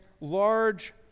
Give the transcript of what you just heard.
large